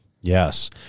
Yes